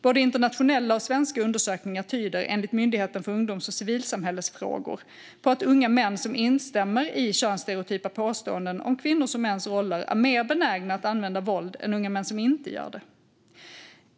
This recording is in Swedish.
Både internationella och svenska undersökningar tyder, enligt Myndigheten för ungdoms och civilsamhällesfrågor, på att unga män som instämmer i könsstereotypa påståenden om kvinnors och mäns roller är mer benägna att använda våld än unga män som inte gör det.